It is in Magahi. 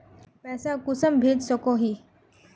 पैसा कुंसम भेज सकोही?